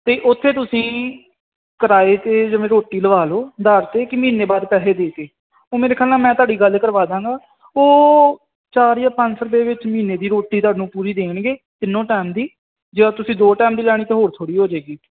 ਅਤੇ ਉੱਥੇ ਤੁਸੀਂ ਕਿਰਾਏ 'ਤੇ ਜਿਵੇਂ ਰੋਟੀ ਲਵਾ ਲਓ ਉਧਾਰ 'ਤੇ ਇੱਕ ਮਹੀਨੇ ਬਾਅਦ ਪੈਸੇ ਦੇ ਕੇ ਉਹ ਮੇਰੇ ਖਿਆਲ ਨਾਲ ਮੈਂ ਤੁਹਾਡੀ ਗੱਲ ਕਰਵਾ ਦਾਂਗਾ ਉਹ ਚਾਰ ਜਾਂ ਪੰਜ ਸੌ ਦੇ ਵਿੱਚ ਮਹੀਨੇ ਦੀ ਰੋਟੀ ਤੁਹਾਨੂੰ ਪੂਰੀ ਦੇਣਗੇ ਤਿੰਨੋਂ ਟਾਈਮ ਦੀ ਜੇ ਤੁਸੀਂ ਦੋ ਟਾਈਮ ਦੀ ਲਾਣੀ ਤੋਂ ਹੋਰ ਥੋੜ੍ਹੀ ਹੋ ਜੇਗੀ